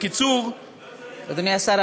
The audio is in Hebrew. אדוני השר,